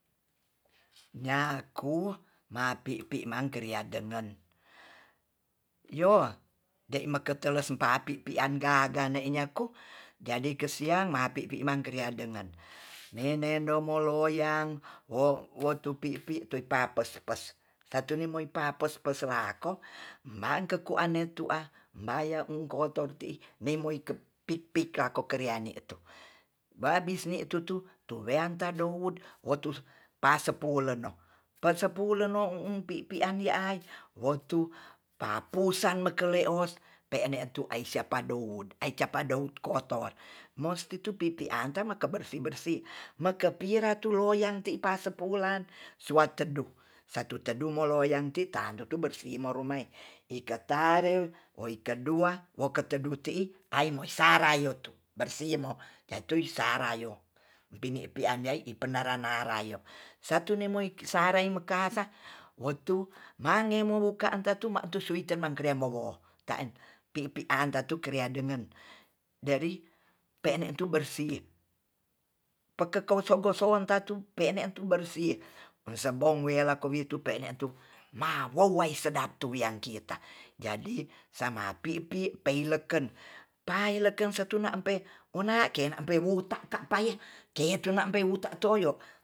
Nyaku mapipi mankrea dengen yoa dema keteles papi pian gaga ne nyaku jadi kesiang mapipi mangkria dengen menendom moloyang wo wotupipi tu papes-pes satuni pa pes-pes lako man kekuane tu'a mbaya unkotor ti'i nemoike pipikakokreani tu babisni tutu tureanta dowut wotu pasepulen no persepulen no u pipi'an yi ais wo tu papusan mengkele os pe'ne tu asia pardout ai capat dou kotor mostitu pipi anta meke bersih bersih meke piratu loyang ti pasepulan suateduh satu teduh moloyang ti tadudu berseih moromai ikatare woi ika dua woketedu te'i paimo sarayo tu bersih mo yetui sarah yo pini pi anyai ipenara-nara yo satu nemo iki sarai mekasa wotu mangemo wokaan tatun ma tu suiten man krean bowo tan pipian tatu krea dengen deri pe'ne tu bersih pekeko sego soan tatu pe'ne tu bersih e sebong welako witu pene tu mawow wai sedap tu wian kita jadi samapipi pei leken paileken setuna empe wona kena empe wutaka paye ketena wuta toyo